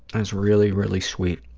ah is really, really sweet.